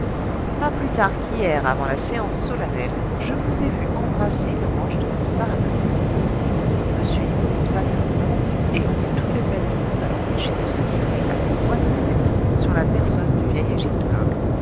pas plus tard qu'hier avant la séance solennelle je vous ai vu embrasser le manche de votre parapluie m hippolyte patard bondit et l'on eut toutes les peines du monde à l'empêcher de se livrer à des voies de fait sur la personne du vieil